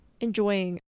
enjoying